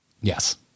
Yes